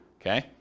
okay